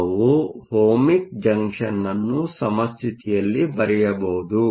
ನಾವು ohmic junction ಅನ್ನು ಸಮಸ್ಥಿತಿಯಲ್ಲಿ ಬರೆಯಬಹುದು